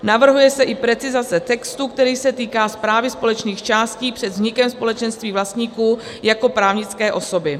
Navrhuje se i precizace textu, který se týká správy společných částí před vznikem společenství vlastníků jako právnické osoby.